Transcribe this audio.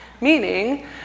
meaning